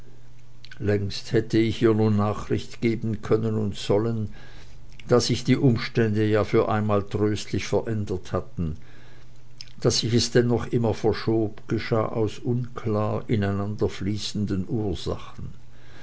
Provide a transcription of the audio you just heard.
längst hätte ich ihr nun nachricht geben können und sollen da sich die umstände ja für einmal tröstlich verändert hatten daß ich es dennoch immer verschob geschah aus unklar ineinanderfließenden ursachen